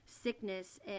sickness